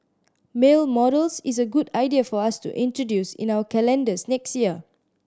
male models is a good idea for us to introduce in our calendars next year